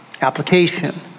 application